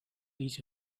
each